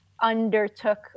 undertook